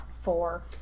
four